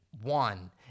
one